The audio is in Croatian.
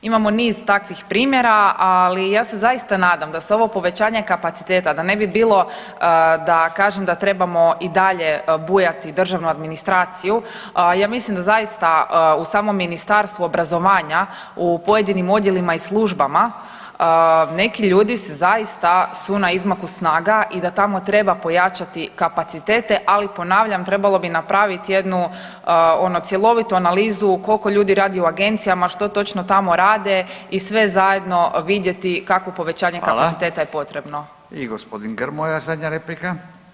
Imamo niz takvih primjera, ali ja se zaista nadam da se ovo povećanje kapaciteta da ne bi bilo da kažem da trebamo i dalje bujati državnu administraciju ja mislim da zaista u samo Ministarstvo obrazovanja u pojedinim odjelima i službama neki ljudi su zaista su na izmaku snaga i da tamo treba pojačati kapacitete, ali ponavljam trebalo bi napravit jednu ono cjelovitu analizu koliko ljudi radi u agencijama, što točno tamo rade i sve zajedno vidjeti kakvo povećanje kapaciteta je potrebno.